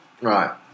right